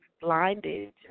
blinded